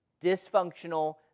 Dysfunctional